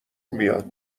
میاد